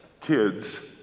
kids